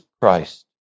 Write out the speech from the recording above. Christ